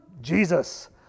Jesus